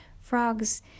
frogs